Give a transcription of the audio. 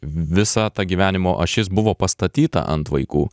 visa ta gyvenimo ašis buvo pastatyta ant vaikų